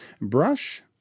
Brush